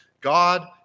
God